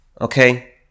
okay